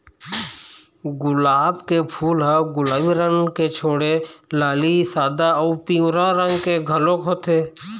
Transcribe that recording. गुलाब के फूल ह गुलाबी रंग के छोड़े लाली, सादा अउ पिंवरा रंग के घलोक होथे